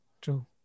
True